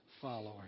followers